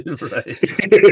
Right